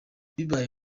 bibaye